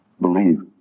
believe